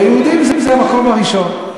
ליהודים זה המקום הראשון.